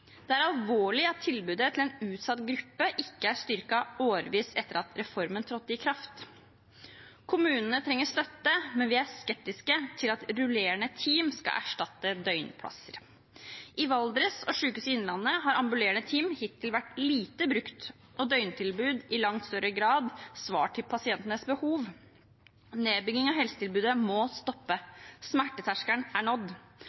Det er alvorlig at tilbudet til en utsatt gruppe ikke er styrket, årevis etter at reformen trådte i kraft. Kommunene trenger støtte, men vi er skeptiske til at rullerende team skal erstatte døgnplasser. I Valdres og på Sykehuset Innlandet har ambulerende team hittil vært lite brukt, og døgntilbud har i langt større grad svart til pasientenes behov. Nedbyggingen av helsetilbudet må stoppe. Smerteterskelen er nådd.